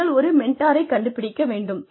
நீங்கள் ஒரு மெண்டாரைக் கண்டுபிடிக்க வேண்டும்